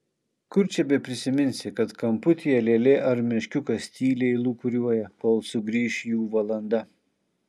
kur čia beprisiminsi kad kamputyje lėlė ar meškiukas tyliai lūkuriuoja kol sugrįš jų valanda